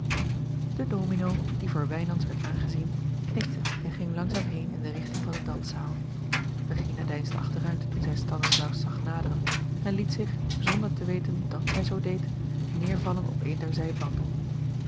de domino die voor wijnands werd aangezien knikte en ging langzaam heen in de richting van de danszaal regina deinsde achteruit toen zij stanislaus zag naderen en liet zich zonder te weten dàt zij zoo deed neervallen op een der zijbanken